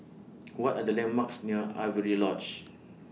What Are The landmarks near Avery Lodge